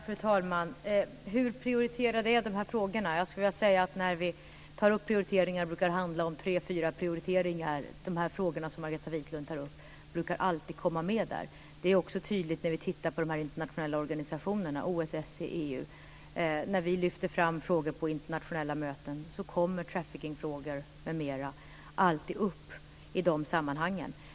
Fru talman! Hur prioriterade är de här frågorna? Jag skulle vilja säga att när vi tar upp prioriteringar brukar det handla om tre fyra frågor. De frågor som Margareta Viklund tar upp brukar alltid komma med där. Det är också tydligt att när vi i de internationella organisationerna OSSE och EU lyfter fram frågor på internationella möten kommer trafficing-frågor m.m. alltid upp.